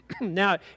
Now